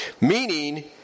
Meaning